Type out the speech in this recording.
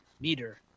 Meter